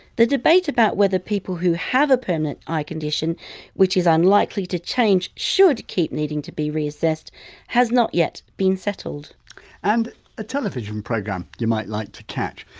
the debate about whether people who have a permanent eye condition which is unlikely to change should keep needing to be reassessed has not yet been settled and a television programme you might like to catch.